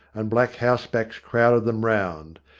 and black house-backs crowded them round.